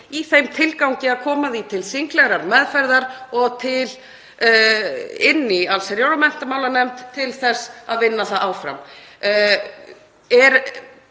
í þeim tilgangi að koma því til þinglegrar meðferðar og inn í allsherjar- og menntamálanefnd til þess að vinna það áfram.